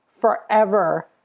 forever